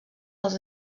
els